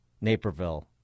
Naperville